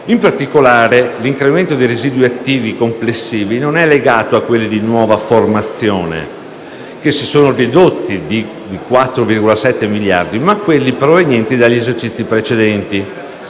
In particolare, l'incremento dei residui attivi complessivi è legato non a quelli di nuova formazione, che si sono ridotti di 4,7 miliardi, ma a quelli provenienti da esercizi precedenti,